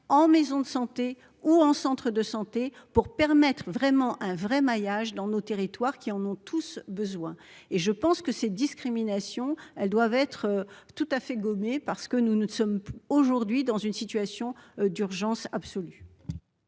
en maison de santé ou en centre de santé, pour permettre vraiment un vrai maillage dans nos territoires, qui en ont tous besoin et je pense que ces discriminations, elles doivent être tout à fait gommer parce que nous, nous sommes aujourd'hui dans une situation d'urgence absolue.